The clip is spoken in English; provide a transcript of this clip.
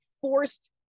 forced